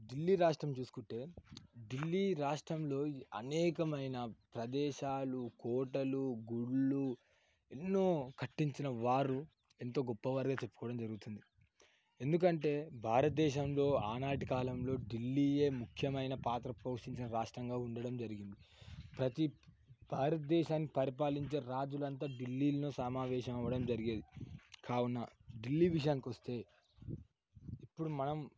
ఢిల్లీ రాష్ట్రం చూసుకుంటే ఢిల్లీ రాష్ట్రంలో అనేకమైన ప్రదేశాలు కోటలు గుళ్ళు ఎన్నో కట్టించిన వారు ఎంతో గొప్ప వారిగా చెప్పుకోవడం జరుగుతుంది ఎందుకంటే భారతదేశంలో ఆనాటి కాలంలో ఢిల్లీయే ముఖ్యమైన పాత్ర పోషించిన రాష్ట్రంగా ఉండడం జరిగింది ప్రతి భారతదేశాన్ని పరిపాలించిన రాజులంతా ఢిల్లీలో సమావేశం అవ్వడం జరిగేది కావున ఢిల్లీ విషయానికి వస్తే ఇప్పుడు మనం